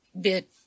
bit